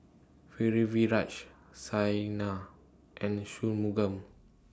Pritiviraj Saina and Shunmugam